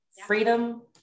Freedom